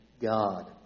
God